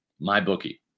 MyBookie